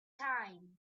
time